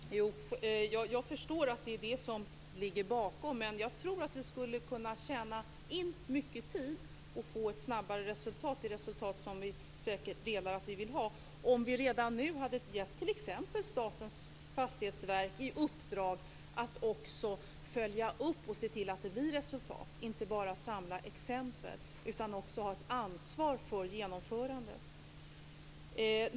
Fru talman! Jag förstår att det är det som ligger bakom. Men jag tror att vi skulle kunna tjäna in mycket tid och få ett snabbare resultat, det resultat som vi säkert är ense om att vi vill ha, om vi redan nu hade gett t.ex. Statens fastighetsverk i uppdrag att också följa upp och se till att det blir resultat, inte bara samla exempel, utan också ha ett ansvar för genomförandet.